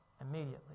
immediately